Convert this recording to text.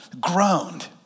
groaned